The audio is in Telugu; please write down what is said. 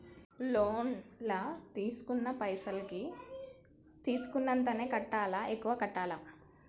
లోన్ లా తీస్కున్న పైసల్ కి తీస్కున్నంతనే కట్టాలా? ఎక్కువ కట్టాలా?